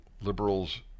liberals